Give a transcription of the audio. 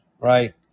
right